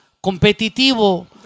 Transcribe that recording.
competitivo